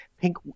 Pink